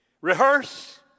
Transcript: rehearse